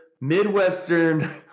Midwestern